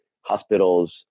hospitals